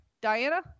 Diana